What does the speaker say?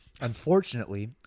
Unfortunately